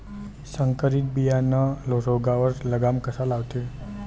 संकरीत बियानं रोगावर लगाम कसा लावते?